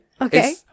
Okay